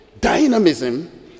dynamism